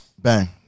Bang